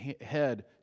head